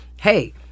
hey